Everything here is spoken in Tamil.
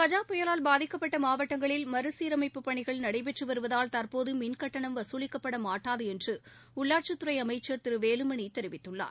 கஜா புயலால் பாதிக்கப்பட்ட மாவட்டங்களில் மறுசீரமைப்புப்பணிகள் நடைபெற்று வருவதால் தற்போது மின்கட்டணம் வசூலிக்கப்பட மாட்டாது என்று உள்ளாட்சித்துறை அமைச்சர் திரு வேலுமணி தெரிவித்குள்ளார்